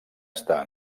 estar